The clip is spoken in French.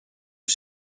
que